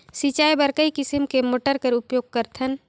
सिंचाई बर कई किसम के मोटर कर उपयोग करथन?